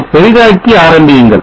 இதை பெரிதாக்கி ஆரம்பியுங்கள்